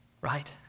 right